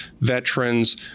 veterans